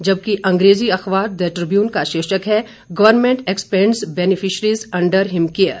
जबकि अंग्रेजी अखबार द ट्रिब्यून का शीर्षक है government expands beneficiaries under Himcare